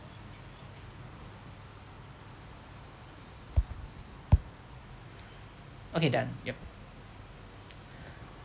okay done yup